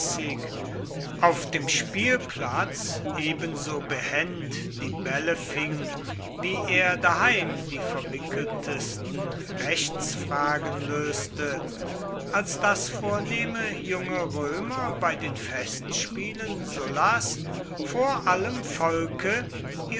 auf dem spielplatz ebenso bebend die bälle fing wie er daheim die verwickeltsten rechtsfragen löste als daß vornehme junge römer bei den festspielen sullas vor allem volke